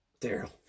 Daryl